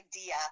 idea